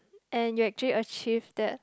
and you actually achieve that